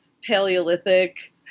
paleolithic